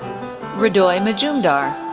ridoy majumdar,